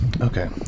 okay